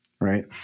right